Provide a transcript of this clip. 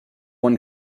won